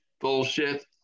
bullshit